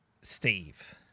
steve